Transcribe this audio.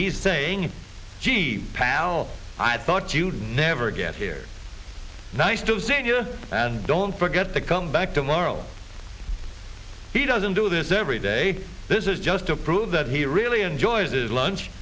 he's saying gee pal i thought you'd never get here nice to see you and don't forget to come back tomorrow he doesn't do this every day this is just to prove that he really enjoys his lunch